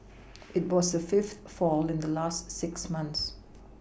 it was the fifth fall in the last six months